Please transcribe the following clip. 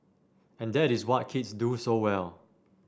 and that is what kids do so well